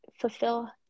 fulfill